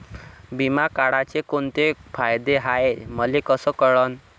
बिमा काढाचे कोंते फायदे हाय मले कस कळन?